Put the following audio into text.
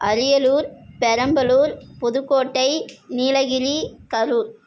Ariyalur Perambalur Pudukkottai Nilgiri Karur